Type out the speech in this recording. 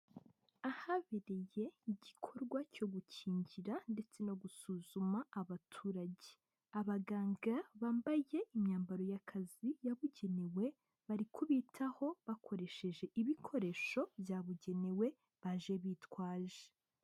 Ahabereye igikorwa cyo gukingira ndetse no gusuzuma abaturage, abaganga bambaye imyambaro y'akazi yabugenewe bari kubitaho bakoresheje ibikoresho byabugenewe baje bitwaje.